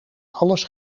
alles